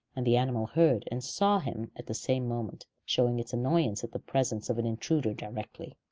and the animal heard and saw him at the same moment, showing its annoyance at the presence of an intruder directly.